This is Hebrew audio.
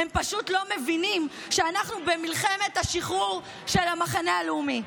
הם פשוט לא מבינים שאנחנו במלחמת השחרור של המחנה הלאומי.